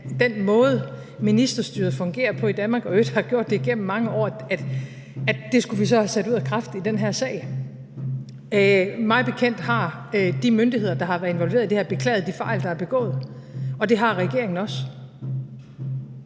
den måde, ministerstyret fungerer på i Danmark og i øvrigt har gjort det igennem mange år, skulle vi så have sat ud af kraft i den her sag. Mig bekendt har de myndigheder, der har været involveret i det her, beklaget de fejl, der er begået, og det har regeringen også.